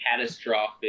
catastrophic